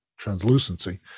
translucency